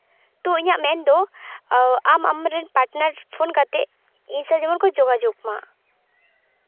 ᱛᱚ ᱤᱧᱟᱹᱜ ᱢᱮᱱᱫᱚ ᱟᱢ ᱟᱢᱨᱮᱱ ᱯᱟᱨᱴᱱᱟᱨ ᱯᱷᱳᱱ ᱠᱟᱛᱮ ᱤᱧ ᱥᱟᱶ ᱡᱮᱢᱚᱱ ᱠᱚ ᱡᱳᱜᱟᱡᱳᱜᱽ ᱢᱟ